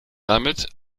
damit